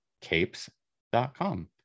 capes.com